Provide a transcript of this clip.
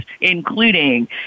including